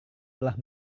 telah